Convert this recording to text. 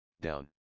down